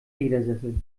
ledersessel